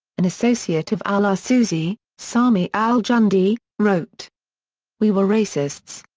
an associate of al-arsuzi, sami al-jundi, wrote we were racists.